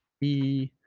be